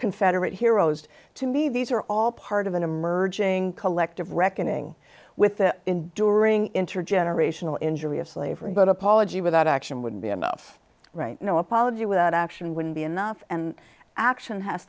confederate heroes to me these are all part of an emerging collective reckoning with the enduring intergenerational injury of slavery but apology without action would be enough right no apology without action would be enough and action has